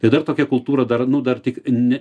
tai dar tokia kultūra dar nu dar tik ne